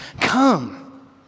come